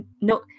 no